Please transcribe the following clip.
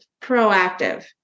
proactive